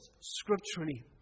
scripturally